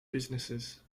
business